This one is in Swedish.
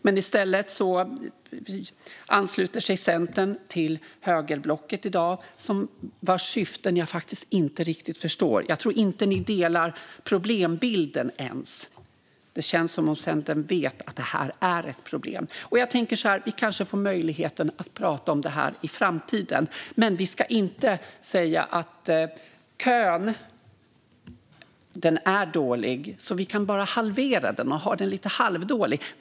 Men i stället ansluter sig Centern i dag till högerblocket, vars syften jag inte riktigt förstår. Jag tror inte att ni ens delar problembilden. Det känns som att Centern vet att det är ett problem. Vi kanske får möjligheten att prata om det här i framtiden. Vi ska inte säga att kön är dålig, så vi kan bara halvera den och ha den lite halvdålig.